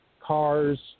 cars